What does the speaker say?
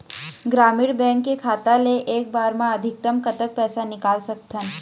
ग्रामीण बैंक के खाता ले एक बार मा अधिकतम कतक पैसा निकाल सकथन?